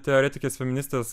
teoretikės feministės